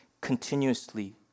continuously